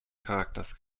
charakters